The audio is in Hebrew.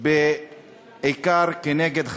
שנייה ושלישית,